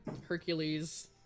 hercules